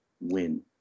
win